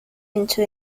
into